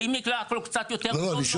ואם ייקח לו קצת יותר, לא נורא.